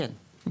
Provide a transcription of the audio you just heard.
כן.